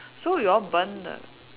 so you all burn the